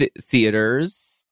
Theaters